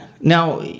Now